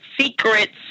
Secrets